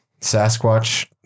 Sasquatch